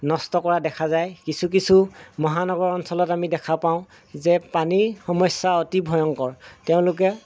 নষ্ট কৰা দেখা যায় কিছু কিছু মহানগৰ অঞ্চলত আমি দেখা পাওঁ যে পানীৰ সমস্যা অতি ভয়ংকৰ তেওঁলোকে